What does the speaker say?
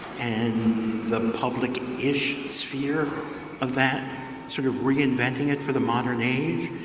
and the public-ish sphere of that sort of reinventing it for the modern age?